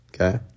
Okay